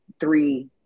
three